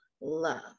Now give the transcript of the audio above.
love